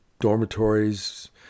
dormitories